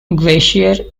glacier